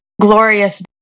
glorious